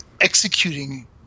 executing